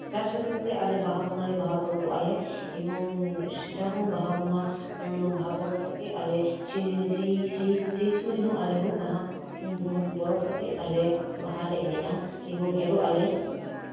ᱛᱟᱨ ᱥᱟᱛᱷᱮ ᱥᱟᱛᱷᱮ ᱟᱞᱮ ᱵᱟᱦᱟ ᱵᱚᱸᱜᱟ ᱨᱮ ᱵᱟᱦᱟ ᱯᱚᱨᱚᱵᱽ ᱚᱜᱼᱟᱞᱮ ᱮᱵᱚᱝ ᱥᱮᱴᱟᱦᱚᱸ ᱟᱞᱮ ᱵᱟᱦᱟ ᱵᱚᱸᱜᱟ ᱵᱟᱦᱟ ᱯᱚᱨᱚᱵᱽ ᱠᱟᱛᱮᱜ ᱥᱮᱭ ᱥᱚᱢᱚᱭᱦᱚᱸ ᱟᱞᱮᱦᱚᱸ ᱵᱟᱦᱟ ᱯᱚᱨᱚᱵᱽ ᱠᱟᱛᱮᱜ ᱟᱞᱮ ᱵᱟᱦᱟᱞᱮ ᱮᱱᱮᱡᱼᱟ ᱮᱵᱚᱝ ᱮᱨᱚᱜ ᱟᱞᱮ